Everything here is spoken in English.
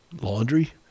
laundry